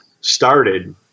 started